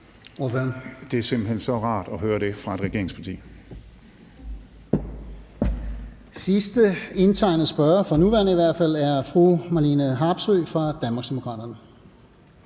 Det er simpelt hen så rart at høre fra et regeringsparti.